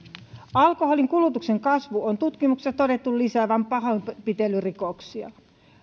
alkoholin kulutuksen kasvun on tutkimuksissa todettu lisäävän pahoinpitelyrikoksia